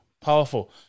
Powerful